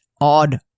odd